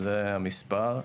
זה המספר.